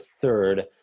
third